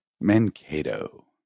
Mankato